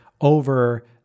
over